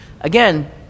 again